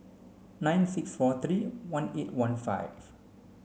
nine six four three one eight one five